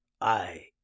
I